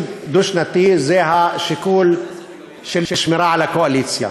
דו-שנתי זה שיקול של שמירה על הקואליציה.